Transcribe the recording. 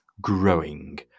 growing